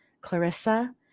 Clarissa